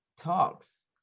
talks